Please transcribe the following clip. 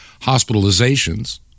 hospitalizations